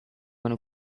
you